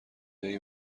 دایی